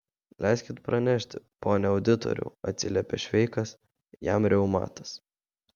leiskit pranešti pone auditoriau atsiliepė šveikas jam reumatas